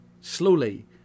slowly